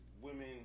women